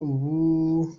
ubu